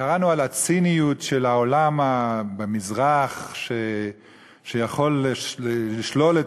קראנו על הציניות של העולם במזרח שיכול לשלול את